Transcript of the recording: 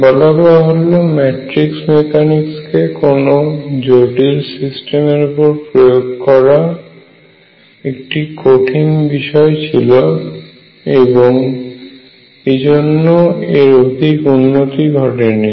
বলাবাহুল্য matrix মেকানিক্সকে কোনো জটিল সিস্টেমের উপর প্রয়োগ করা একটি কঠিন বিষয় ছিল এবং এইজন্য এর অধিক উন্নতি ঘটেনি